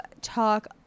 talk